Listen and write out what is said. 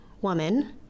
woman